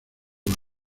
uva